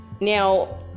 Now